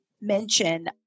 mention